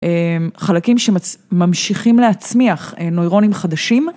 חלקים שממשיכים להצמיח נוירונים חדשים.